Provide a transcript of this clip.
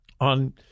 on